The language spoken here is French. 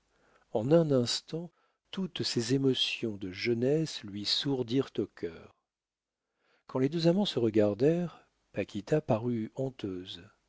en un instant toutes ses émotions de jeunesse lui sourdirent au cœur quand les deux amants se regardèrent paquita parut honteuse